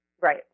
Right